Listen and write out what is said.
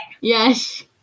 Yes